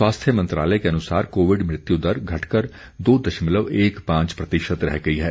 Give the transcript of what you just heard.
स्वास्थ्य मंत्रालय के अनुसार कोविड मृत्यु दर घटकर दो दशमलव एक पांच प्रतिशत रह गई है